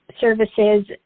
services